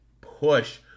push